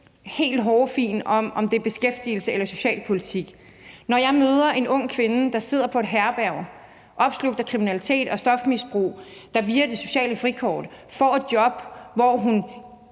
i forhold til om det er beskæftigelsespolitik eller socialpolitik. Når jeg møder en ung kvinde, der sidder på et herberg ramt af kriminalitet og stofmisbrug, og som via det sociale frikort får et job, hvor hun